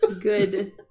Good